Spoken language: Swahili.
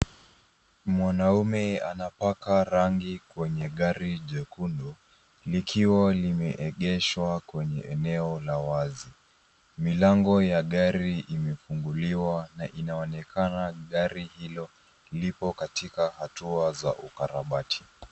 Mwanaume anapaka rangi kwenye gari jekundu, likiwa limeegeshwa kwenye eneo la wazi. Milango ya gari imefunguliwa na inaonekana gari hilo lipo katika hatua za ukarabati.